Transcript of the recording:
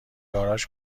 گاراژ